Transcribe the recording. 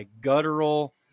guttural